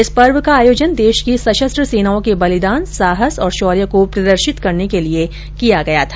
इस पर्व का आयोजन देश की सशस्त्र सेनाओं के बलिदान साहस और शौर्य को प्रदर्शित करने के लिए किया गया था